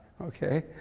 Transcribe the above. Okay